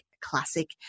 classic